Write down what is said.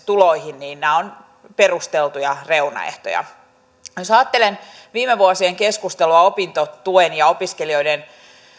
tuloihin nämä ovat perusteltuja reunaehtoja jos ajattelen viime vuosien keskustelua opintotuen ja opiskelijoiden